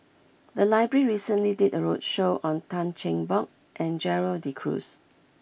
the library recently did a roadshow on Tan Cheng Bock and Gerald De Cruz